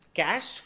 cash